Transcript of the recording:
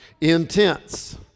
Intense